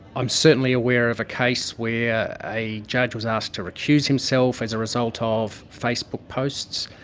i'm certainly aware of a case where a judge was asked to recuse himself as a result ah of facebook posts,